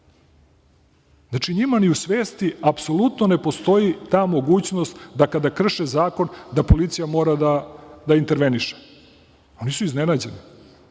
Znači, njima ni u svesti apsolutno ne postoji ta mogućnost da kada krše zakon, da policija mora da interveniše. Oni su iznenađeni.